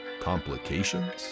complications